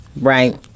right